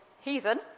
heathen